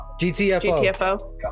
GTFO